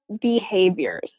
behaviors